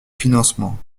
financement